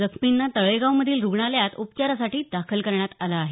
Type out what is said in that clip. जखमींना तळेगावमधील रुग्णालयात उपचारांसाठी दाखल करण्यात आलं आहे